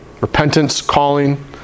repentance-calling